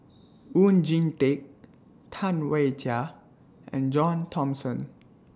Oon Jin Teik Tam Wai Jia and John Thomson